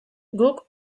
guk